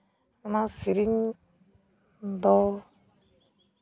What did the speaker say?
ᱚᱱᱟ ᱥᱮᱨᱮᱧ ᱫᱚ